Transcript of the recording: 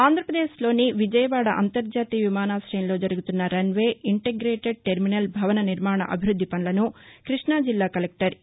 ఆంధ్రాప్రదేశ్ లోని విజయవాడ అంతర్జాతీయ విమానాశయం లో జరుగుతున్న రన్ వే ఇంటెగ్రేటెడ్ టెర్మినల్ భవన నిర్మాణ అభివృద్ది పనులను కృష్ణా జిల్లా కలెక్టర్ ఏ